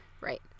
right